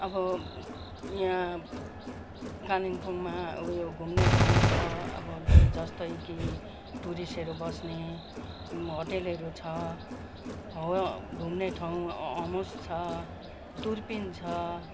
अब यहाँ कालिम्पोङमा अब यो घुम्ने ठाउँ छ अब जस्तै कि टुरिस्टहरू बस्ने होटेलहरू छ हावा घुम्ने ठाउँ होम्स छ दुर्पिन छ